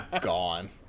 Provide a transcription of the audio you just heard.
gone